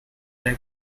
tax